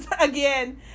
again